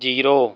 zero